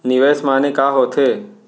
निवेश माने का होथे?